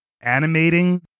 animating